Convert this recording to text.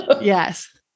Yes